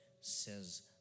says